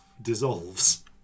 dissolves